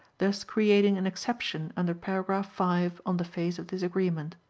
thus creating an exception under paragraph five on the face of this agreement.